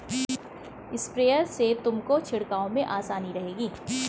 sprayer से तुमको छिड़काव में आसानी रहेगी